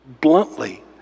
bluntly